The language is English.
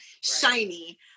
shiny